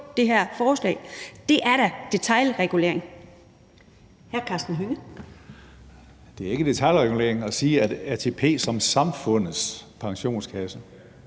det her forslag. Det er da detailregulering.